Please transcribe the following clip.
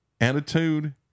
attitude